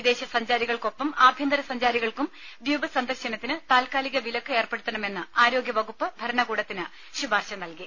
വിദേശ സഞ്ചാരികൾക്കൊപ്പം ആഭ്യന്തര സഞ്ചാരികൾക്കും ദ്വീപ് സന്ദർശനത്തിന് താൽകാലിക വിലക്ക് ഏർപ്പെടുത്തണമെന്ന് ആരോഗ്യവകുപ്പ് ഭരണകൂടത്തിന് ശുപാർശ നൽകി